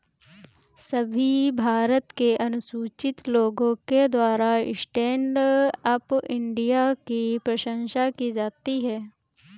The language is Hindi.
सभी भारत के अनुसूचित लोगों के द्वारा स्टैण्ड अप इंडिया की प्रशंसा की जाती है